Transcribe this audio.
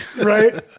Right